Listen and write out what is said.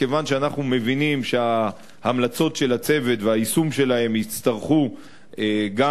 כיוון שאנחנו מבינים שההמלצות של הצוות והיישום שלהן יצטרכו גם,